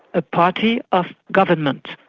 ah party of government.